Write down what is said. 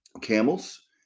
Camels